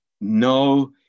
No